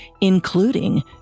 including